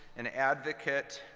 an advocate,